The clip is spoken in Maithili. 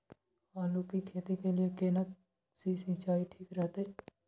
आलू की खेती के लिये केना सी सिंचाई ठीक रहतै?